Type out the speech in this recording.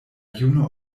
juna